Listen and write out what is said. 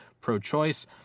pro-choice